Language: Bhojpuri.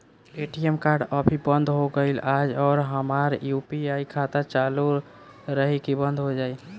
ए.टी.एम कार्ड अभी बंद हो गईल आज और हमार यू.पी.आई खाता चालू रही की बन्द हो जाई?